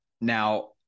Now